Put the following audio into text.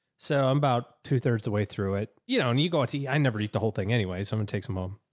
so i'm about two thirds of the way through it, you know? and you go out to eat. i never eat the whole thing. anyways, someone takes them home.